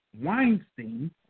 Weinstein